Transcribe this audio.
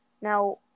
Now